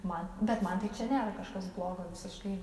man bet man tai čia nėra kažkas blogo visiškai